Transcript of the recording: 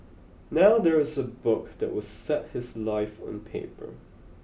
now there is a book that will set his life on paper